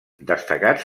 destacats